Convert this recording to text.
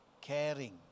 caring